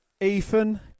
Ethan